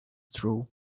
true